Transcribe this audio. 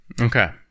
Okay